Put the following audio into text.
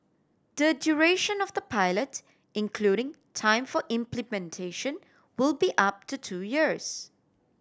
the duration of the pilot including time for implementation will be up to two years